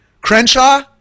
Crenshaw